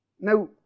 Now